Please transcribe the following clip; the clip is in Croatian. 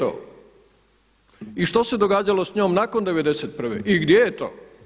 I što se događalo s njom nakon 91. i gdje je to?